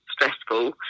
stressful